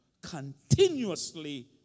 continuously